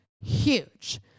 huge